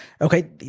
Okay